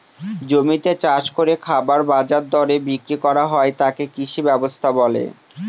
জমিতে চাষ করে খাবার বাজার দরে বিক্রি করা হয় তাকে কৃষি ব্যবস্থা বলে